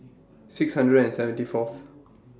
six hundred and seventy Fourth